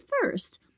first